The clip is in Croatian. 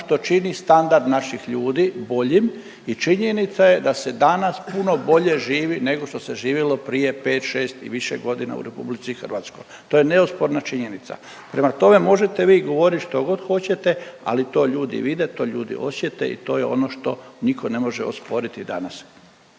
što čini standard naših ljudi bojim i činjenica je da se danas puno bolje živi nego što se živjelo prije 5, 6 i više godina u RH. To je neosporna činjenica. Prema tome, možete vi govoriti što god hoćete, ali to ljudi vide, to ljudi osjete i to je ono što nitko ne može osporiti danas.